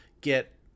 get